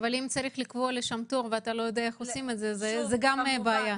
אבל אם צריך לקבוע לשם תור ולא יודעים איך עושים את זה זו גם בעיה.